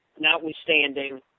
Notwithstanding